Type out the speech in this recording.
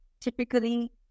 typically